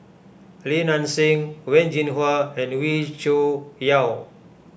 Li Nanxing Wen Jinhua and Wee Cho Yaw